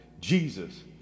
Jesus